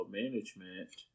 management